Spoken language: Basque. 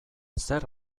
zer